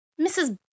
Mrs